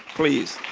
please.